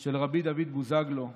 של רבי דוד בוזגלו,